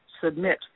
submit